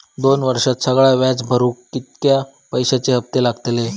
दोन वर्षात सगळा व्याज भरुक कितक्या पैश्यांचे हप्ते लागतले?